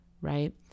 Right